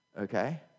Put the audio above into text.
okay